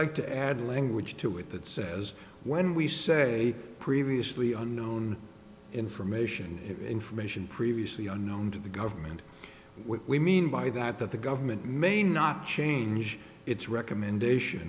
like to add language to it that says when we say previously unknown information information previously unknown to the government what we mean by that that the government may not change its recommendation